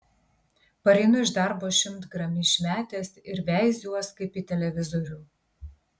pareinu iš darbo šimtgramį išmetęs ir veiziuos kaip į televizorių